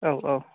औ औ